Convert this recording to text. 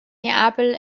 neapel